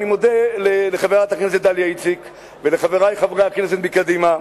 אני מודה לחברת הכנסת דליה איציק ולחברי חברי הכנסת מקדימה,